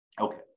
Okay